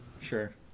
sure